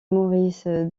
maurice